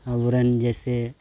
ᱟᱵᱚᱨᱮᱱ ᱡᱮᱭᱥᱮ